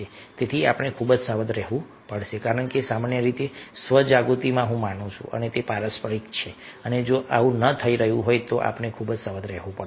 તેથી આપણે ખૂબ જ સાવધ રહેવું પડશે કારણ કે સામાન્ય રીતે સ્વ જાગૃતિ હું માનું છું કે તે પારસ્પરિક છે અને જો આવું ન થઈ રહ્યું હોય તો આપણે ખૂબ જ સાવધ રહેવું પડશે